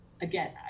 again